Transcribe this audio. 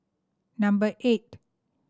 number eight